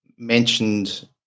mentioned